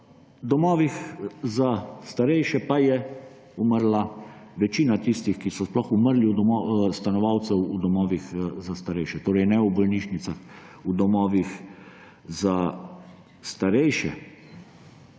domovih za starejše pa je umrla večina tistih, ki so sploh umrli, stanovalcev v domovih za starejše, torej ne v bolnišnicah, v domovih za starejše.